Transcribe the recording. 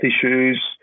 issues